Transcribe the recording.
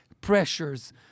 pressures